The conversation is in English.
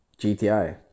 GTI